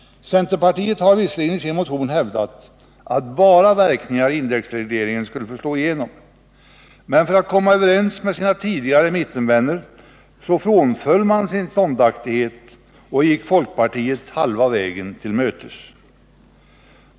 Centerpartiet har visserligen i sin motion hävdat att bara verkningarna av indexregleringen skulle få slå igenom, men för att komma överens med sina tidigare mittenvänner så frånföll man sin ståndaktighet och gick folkpartiet halva vägen till mötes.